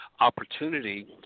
opportunity